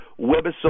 webisode